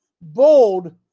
bold